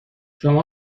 شما